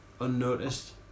unnoticed